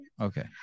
Okay